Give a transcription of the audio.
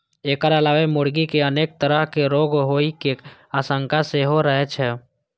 एकर अलावे मुर्गी कें अनेक तरहक रोग होइ के आशंका सेहो रहै छै